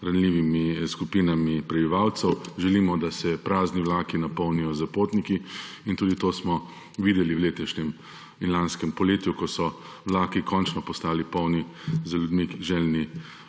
ranljivimi skupinami prebivalcev. Želimo, da se prazni vlaki napolnijo s potniki, in tudi to smo videli v letošnjem in lanskem poletju, ko so vlaki končno postali polni ljudmi, željni